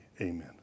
amen